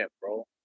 bro